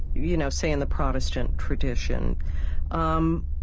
you know say, in the protestant tradition um